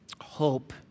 Hope